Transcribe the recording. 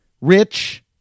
Rich